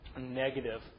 negative